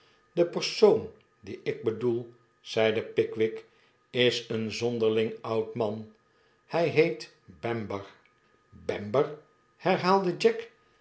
de persoon dienikbedoel zeide pickwick is een zonderling oud man hy heetbamber w bamber herhaalde jack